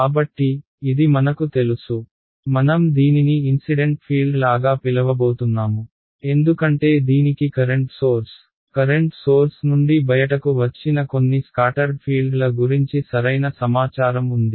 కాబట్టి ఇది మనకు తెలుసు మనం దీనిని ఇన్సిడెంట్ ఫీల్డ్ లాగా పిలవబోతున్నాము ఎందుకంటే దీనికి కరెంట్ సోర్స్ కరెంట్ సోర్స్ నుండి బయటకు వచ్చిన కొన్ని స్కాటర్డ్ ఫీల్డ్ల గురించి సరైన సమాచారం ఉంది